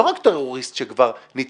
לא רק טרוריסט שכבר נתפס,